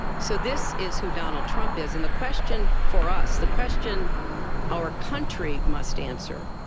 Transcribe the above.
so this is who donald trump is. and the question for us, the question our country must answer